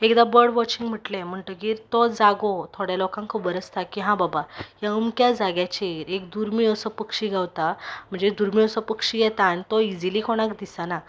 एकदां bird watching म्हणलें म्हणटगीर तो जागो थोड्या लोकांक खबर आसता की हां बाबा ह्या अमक्या जाग्याचेर एक दुर्मीळ असो पक्षी गावता म्हणजे दुर्मीळ असो पक्षी येता आनी तो इजिली कोणाक दिसना